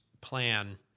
plan